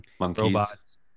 robots